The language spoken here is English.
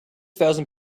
thousand